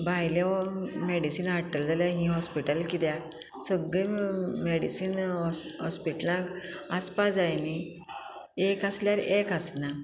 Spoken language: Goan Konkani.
भायले मॅडिसीन हाडटले जाल्यार हीं हॉस्पिटल कित्याक सगळे मॅडिसीन हॉस्पिटलांत आसपा जाय न्ही एक आसल्यार एक आसना